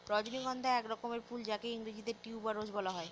রজনীগন্ধা এক রকমের ফুল যাকে ইংরেজিতে টিউবার রোজ বলা হয়